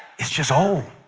it's just old.